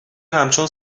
همچون